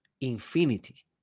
infinity